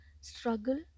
struggle